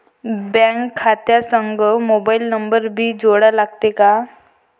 Bank खात्या संग mobile number भी जोडा लागते काय?